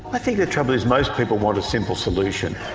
i think the trouble is most people want a simple solution.